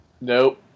Nope